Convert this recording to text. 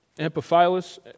Amphipolis